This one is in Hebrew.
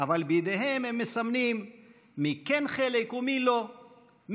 אבל בידיהם הם מסמנים מי כן חלק ומי לא,